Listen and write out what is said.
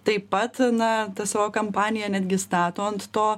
taip pat na tą savo kampaniją netgi stato ant to